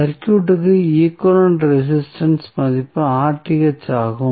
சர்க்யூட்க்கு equivalent resistance மதிப்பு ஆகும்